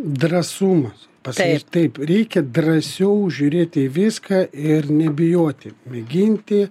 drąsumas pas mus taip reikia drąsiau žiūrėti į viską ir nebijoti mėginti